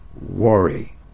worry